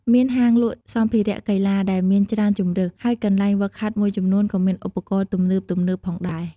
មានហាងលក់សម្ភារៈកីឡាដែលមានច្រើនជម្រើស ហើយកន្លែងហ្វឹកហាត់មួយចំនួនក៏មានឧបករណ៍ទំនើបៗផងដែរ។